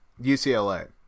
ucla